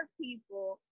people